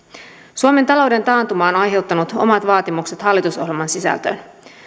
suomen talouden taantuma on aiheuttanut omat vaatimukset hallitusohjelman sisältöön